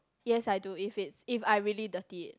yes I do if it's if I really dirty it